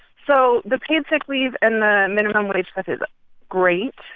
so the paid sick leave and the minimum wage stuff is great.